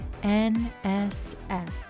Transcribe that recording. NSF